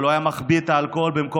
אבל הוא היה מחביא את האלכוהול במקומות,